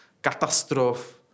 katastrof